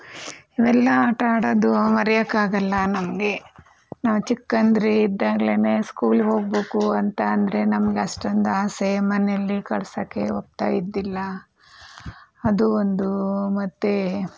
ಇವೆಲ್ಲ ಆಟಾಡೋದು ಮರೆಯೋಕ್ಕಾಗಲ್ಲ ನಮಗೆ ನಾವು ಚಿಕ್ಕಂದ್ರ್ ಇದ್ದಾಗಲೇನೆ ಸ್ಕೂಲ್ಗೆ ಹೋಗ್ಬೇಕು ಅಂತ ಅಂದರೆ ನಮಗಷ್ಟೊಂದು ಆಸೆ ಮನೇಲಿ ಕಳ್ಸೋಕ್ಕೆ ಒಪ್ತಾಯಿದ್ದಿಲ್ಲ ಅದು ಒಂದು ಮತ್ತೆ